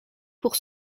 pour